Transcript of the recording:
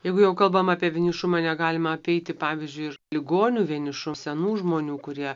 jeigu jau kalbam apie vienišumą negalima apeiti pavyzdžiui ir ligonių vienišų senų žmonių kurie